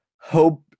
hope